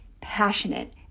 passionate